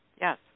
Yes